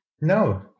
No